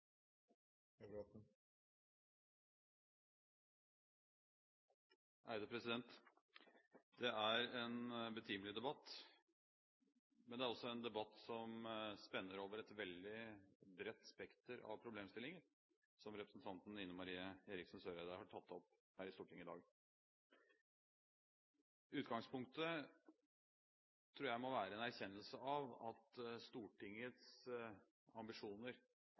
en betimelig debatt, men det er også en debatt som spenner over et veldig bredt spekter av problemstillinger, som representanten Ine M. Eriksen Søreide har tatt opp her i Stortinget i dag. Utgangspunktet tror jeg må være en erkjennelse av at Stortingets ambisjoner